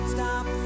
Stop